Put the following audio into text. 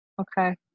Okay